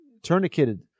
tourniqueted